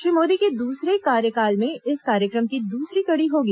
श्री मोदी के दूसरे कार्यकाल में इस कार्यक्रम की दूसरी कड़ी होगी